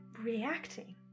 reacting